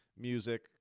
music